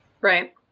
Right